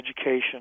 education